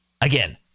Again